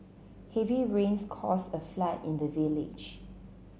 heavy rains caused a flood in the village